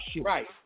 Right